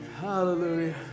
hallelujah